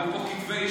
אפרופו כתבי אישום,